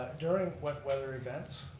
during wet weather events,